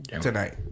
tonight